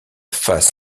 face